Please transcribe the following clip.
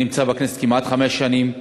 אני נמצא בכנסת כמעט חמש שנים.